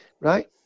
Right